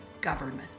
government